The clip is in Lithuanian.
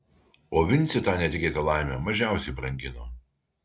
o vincė tą netikėtą laimę mažiausiai brangino